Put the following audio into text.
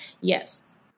Yes